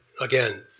again